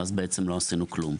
ואז בעצם לא עשינו כלום.